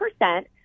percent